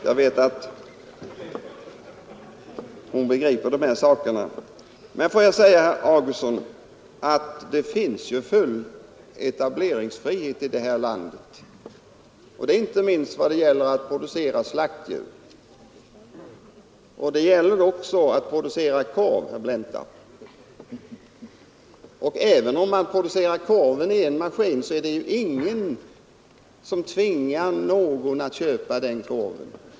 Jag vet att hon begriper vad hon talar om. Får jag säga till herr Augustsson att det ju finns full etableringsfrihet i det här landet, inte minst när det gäller att producera slaktdjur eller, herr Johnsson i Blentarp, när det gäller att producera korv. Även om man Farmexproducerar all sin korv i en maskin, är det ingen som tvingas att köpa just den korven.